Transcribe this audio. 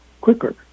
quicker